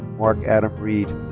mark adam reed.